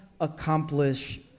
accomplish